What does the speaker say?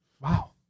Wow